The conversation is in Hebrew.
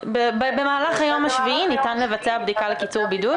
במהלך היום השביעי ניתן לבצע בדיקה לקיצור בידוד,